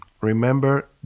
Remember